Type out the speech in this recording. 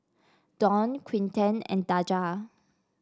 Dawne Quinten and Daja